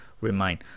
remain